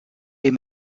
est